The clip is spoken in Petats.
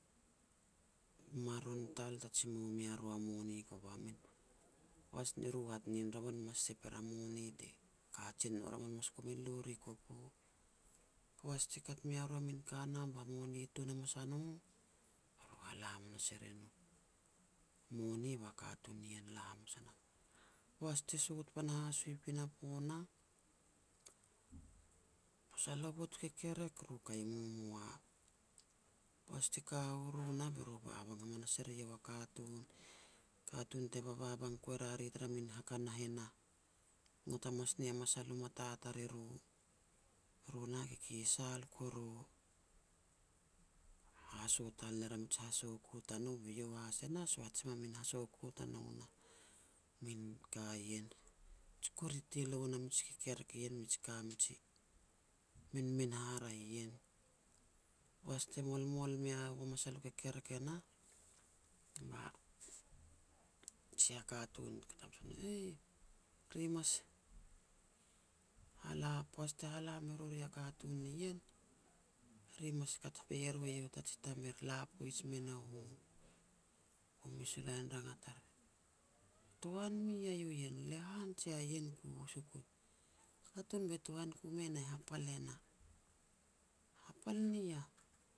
maron tal ta jimou mea ru a moni kova min, poaj ne ru hat nin revan mas sep er a moni te kajen no, revan mas kumin lu ri kopu. Poaj ti kat mea ru a min ka nah ba moni tun hamas a no, be ru hala hamas e rin moni, ba katun nien la hamas a nam. Poaj te sot panahas u i pinapo nah, masal hovot u kekerek ru kai momoa. Poaj ti ka u ru nah, be ru e babang hamanas er eiau a katun, katun te bababang ku e rea ri tara min hakanah e nah, ngok hamas nia masal u mata tariru. Ru nah kikisal kuru. Haso tal ner a mij hasoku tanou be iau has e nah soaj sem a min hasoku tanou nah, min ka ien, ji kurutiloun a mij kekerek ien mij ka mij minmin haraeh ien. Poaj te molmol meiau masal u kekerek e nah, ba sia katun e kat hamas wa no heh. "Aih, ri mas hala poaj te hala me ru ri a katun nien, ri mas kat boi ru eiau ta ji tamer, la poaj me nou u." Bu mes u lain rangat ar, "tuhan mi ya iau yen, lehan jia ien ku sukut." "Katun be tuhan ku mi hapal e nah." "Hapal ni yah?"